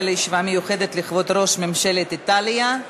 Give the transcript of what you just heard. לישיבה מיוחדת לכבוד ראש ממשלת איטליה.